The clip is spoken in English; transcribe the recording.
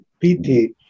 piti